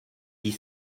dis